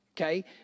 okay